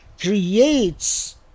creates